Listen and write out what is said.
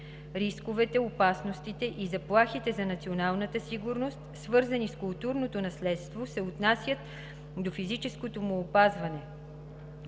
Рисковете, опасностите и заплахите за националната сигурност, свързани с културното наследство, се отнасят до физическото му опазване.